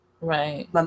right